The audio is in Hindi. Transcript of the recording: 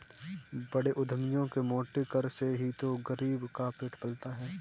बड़े उद्यमियों के मोटे कर से ही तो गरीब का पेट पलता है